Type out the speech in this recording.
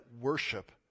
worship